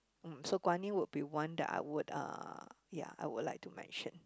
mm so Guan-Yin would be one that I would uh ya I would like to mention